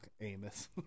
Amos